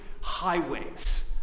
highways